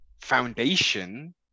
foundation